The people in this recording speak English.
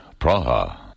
Praha